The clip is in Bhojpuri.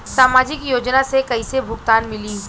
सामाजिक योजना से कइसे भुगतान मिली?